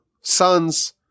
sons